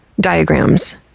diagrams